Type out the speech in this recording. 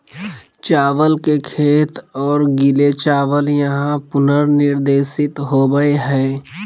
चावल के खेत और गीले चावल यहां पुनर्निर्देशित होबैय हइ